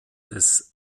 des